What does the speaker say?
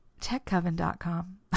techcoven.com